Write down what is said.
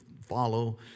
follow